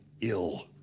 ill